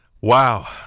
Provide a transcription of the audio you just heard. Wow